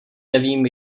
nevím